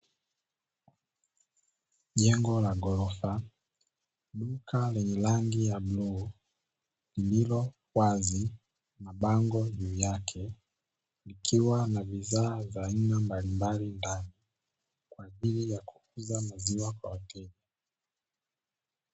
Jengo la ghorofa, duka lenye rangi ya bluu, lililo wazi, na bango juu yake ikiwa na bidhaa za aina mbalimbali ndani kwa ajili ya kukuza mazingira kwa wateja.